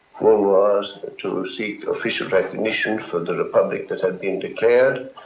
one was to seek official recognition for the republic that had been declared,